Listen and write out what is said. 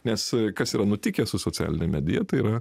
nes kas yra nutikę su socialine medija tai yra